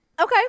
Okay